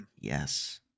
yes